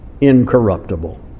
incorruptible